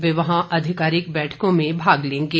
वे वहां आधिकारिक बैठकों में भाग लेंगे